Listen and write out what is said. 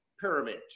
pyramid